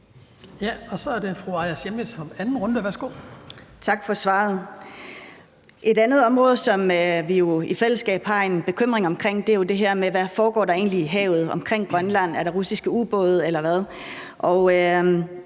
Et andet område, som vi jo i fællesskab har en bekymring omkring, er det her med, hvad der egentlig foregår i havet omkring Grønland. Er der russiske ubåde,